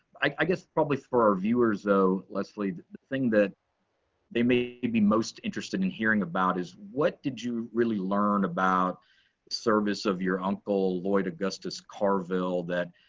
i guess, probably for our viewers though, leslie, the thing that they maybe most interested in hearing about is, what did you really learn about the service of your uncle, lloyd augustus carville that,